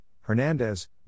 Hernandez